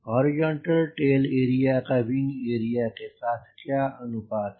और horizontal tail area का wing area के साथ क्या अनुपात है